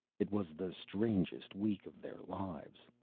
it was the strangest week of their lives.